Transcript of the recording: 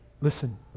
listen